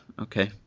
okay